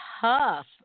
tough